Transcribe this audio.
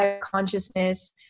consciousness